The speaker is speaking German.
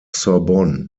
sorbonne